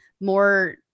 more